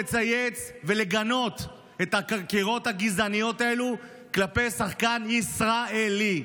לצייץ ולגנות את הקריאות הגזעניות האלו כלפי שחקן ישראלי.